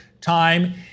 time